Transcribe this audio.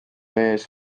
ees